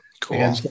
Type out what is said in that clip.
Cool